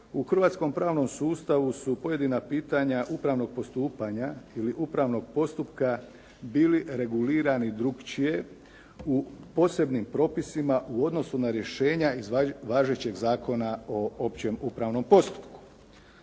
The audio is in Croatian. u hrvatskom pravnom sustavu su pojedina pitanja upravnog postupanja ili upravnog postupka bili regulirani drukčije u posebnim propisima u odnosu na rješenja iz važećeg Zakona o općem upravnom postupku.